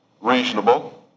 reasonable